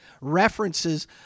references